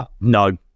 No